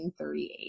1938